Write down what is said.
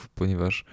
ponieważ